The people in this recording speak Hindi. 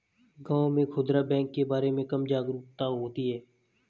गांव में खूदरा बैंक के बारे में कम जागरूकता होती है